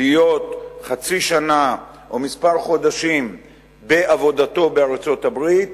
להיות חצי שנה או כמה חודשים בעבודתו בארצות-הברית